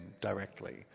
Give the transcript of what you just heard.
directly